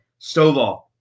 Stovall